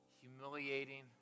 humiliating